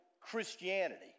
Christianity